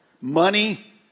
money